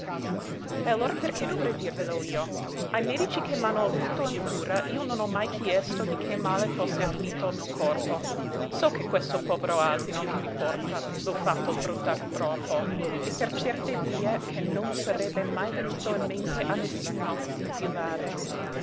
e allora perché dovrei dirvelo io ai medici che m'hanno avuto in cura io non ho mai chiesto di che male fosse afflitto il mio corpo so che questo povero asino che mi porta l'ho fatto trottar troppo e per certe vie che non sarebbe mai venuto in mente a nessuno d'infilare